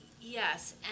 yes